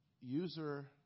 user